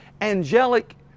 angelic